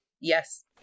Yes